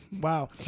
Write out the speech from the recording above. Wow